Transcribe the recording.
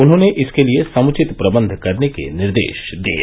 उन्होंने इसके लिये समुचित प्रबंध करने के निर्देश दिये